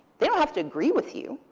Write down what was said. they don't have to agree with you,